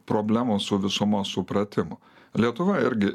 problemų su visumos supratimu lietuva irgi